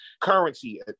currency